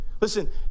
Listen